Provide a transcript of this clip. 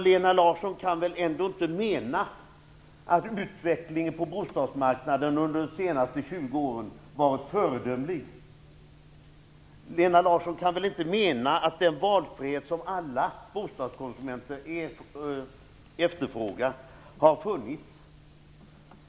Lena Larsson kan väl inte mena att utvecklingen på bostadsmarknaden under de senaste 20 åren har varit föredömlig? Lena Larsson kan väl inte mena att den valfrihet som alla bostadskonsumenter efterfrågar har funnits?